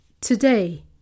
Today